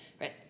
right